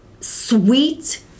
sweet